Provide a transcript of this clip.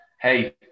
hey